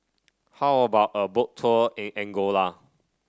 how about a Boat Tour in Angola